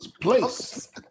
place